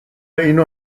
اینو